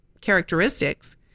characteristics